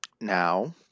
Now